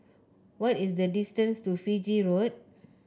what is the distance to Fiji Road